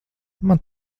man